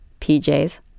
PJs